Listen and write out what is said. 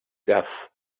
death